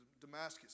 Damascus